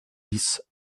dix